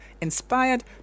inspired